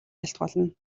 айлтгуулна